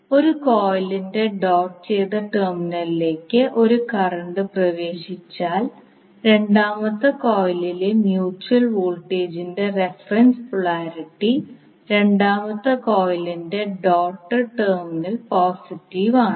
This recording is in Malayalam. ഒരു കോയിലിന്റെ ഡോട്ട് ചെയ്ത ടെർമിനലിലേക്ക് ഒരു കറന്റ് പ്രവേശിച്ചാൽ രണ്ടാമത്തെ കോയിലിലെ മ്യൂച്വൽ വോൾട്ടേജിന്റെ റഫറൻസ് പോളാരിറ്റി രണ്ടാമത്തെ കോയിലിന്റെ ഡോട്ട്ഡ് ടെർമിനലിൽ പോസിറ്റീവ് ആണ്